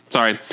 Sorry